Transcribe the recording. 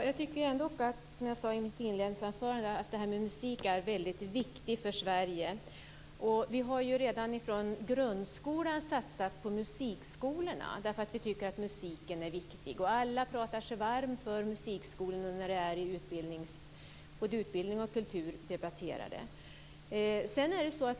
Fru talman! Som jag sade i mitt inledningsanförande tycker jag att det här med musik är väldigt viktigt för Sverige. Vi har ju redan från grundskolan satsat på musikskolorna just därför att vi tycker att musiken är viktig. Alla pratar sig varma för musikskolorna när utbildning och kultur debatteras.